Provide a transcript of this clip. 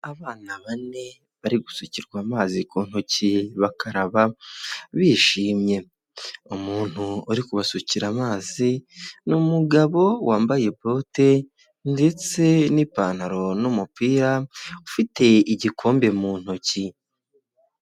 Abana bane bari gusukirwa amazi ku ntoki bakaraba bishimye, umuntu uri kubasukira amazi ni umugabo wambaye bote ndetse nipantaro n'umupira ufite igikombe mu ntoki.